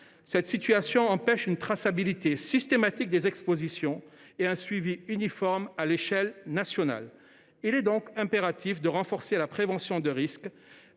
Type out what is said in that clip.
Cette situation entrave la traçabilité systématique des expositions et un suivi national uniforme de celles ci. Il est donc impératif de renforcer la prévention des risques,